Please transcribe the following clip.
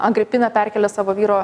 agripina perkelia savo vyro